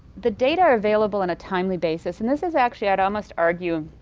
the data are available in a timely basis and this is actually i'd almost argue